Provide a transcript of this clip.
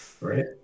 right